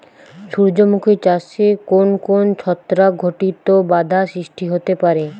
সূর্যমুখী চাষে কোন কোন ছত্রাক ঘটিত বাধা সৃষ্টি হতে পারে?